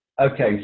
Okay